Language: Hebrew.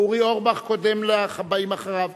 ואורי אורבך קודם לבאים אחריו.